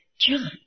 John